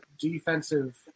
defensive